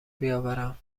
بیاورم